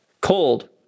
cold